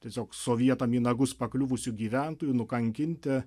tiesiog sovietam į nagus pakliuvusių gyventojų nukankinti